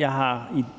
Jeg har som